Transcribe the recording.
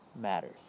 Matters